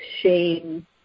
shame